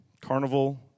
Carnival